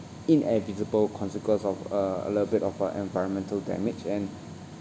inevitable consequence of a a little bit of a environmental damage and